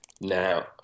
now